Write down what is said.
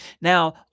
now